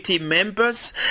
members